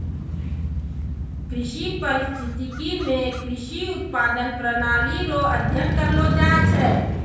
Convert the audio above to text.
कृषि परिस्थितिकी मे कृषि उत्पादन प्रणाली रो अध्ययन करलो जाय छै